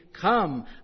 Come